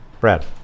Brad